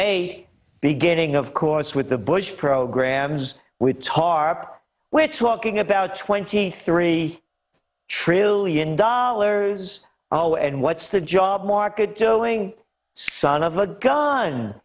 eight beginning of course with the bush programs we talk which walking about twenty three trillion dollars oh and what's the job market doing son of